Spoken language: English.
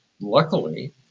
luckily